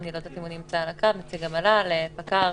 פקח,